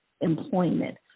employment